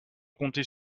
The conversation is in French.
compter